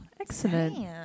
excellent